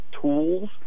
tools